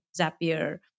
Zapier